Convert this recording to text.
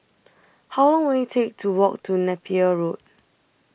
How Long Will IT Take to Walk to Napier Road